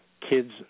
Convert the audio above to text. kids